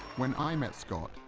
when i met scott,